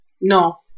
No